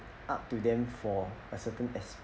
up to them for a certain